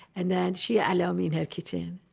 and then she allowed me in her kitchen,